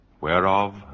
whereof